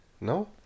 No